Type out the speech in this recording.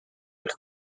eich